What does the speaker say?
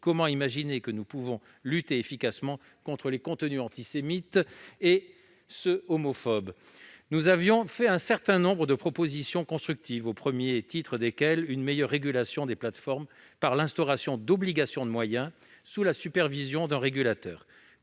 comment imaginer pouvoir lutter efficacement contre les contenus antisémites et homophobes ? Nous avions fait un certain nombre de propositions constructives, au premier rang desquelles une meilleure régulation des plateformes par l'instauration d'obligations de moyens, sous la supervision d'un régulateur.